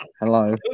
hello